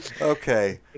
Okay